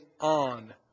on